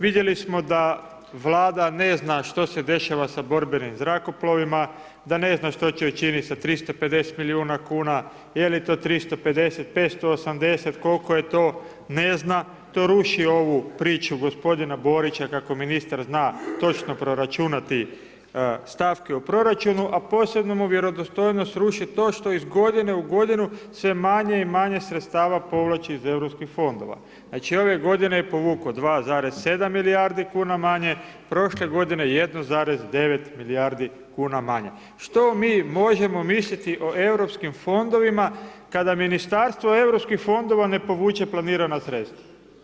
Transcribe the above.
Vidjeli smo da Vlada ne zna što se dešava sa borbenim zrakoplovima, da ne zna što će učiniti sa 350 milijuna kuna, je li to 350, 580, koliko je to, ne zna, to ruši ovu priču gospodina Borića, kako ministar zna točno proračunati stavke u proračunu, a posebno mu vjerodostojnost ruši to što iz godine u godinu sve manje i manje sredstava povlači iz europskih fondova znači ove godine je povuko 2,7 milijardi kuna manje, prošle 1,9 milijardi kuna manje, što mi možemo misliti o EU fondovima kada Ministarstvo EU fondova ne povuče planirana sredstava.